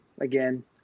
again